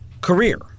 career